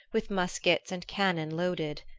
with muskets and cannon loaded.